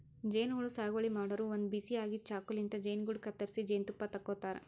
ಜೇನಹುಳ ಸಾಗುವಳಿ ಮಾಡೋರು ಒಂದ್ ಬಿಸಿ ಆಗಿದ್ದ್ ಚಾಕುಲಿಂತ್ ಜೇನುಗೂಡು ಕತ್ತರಿಸಿ ಜೇನ್ತುಪ್ಪ ತಕ್ಕೋತಾರ್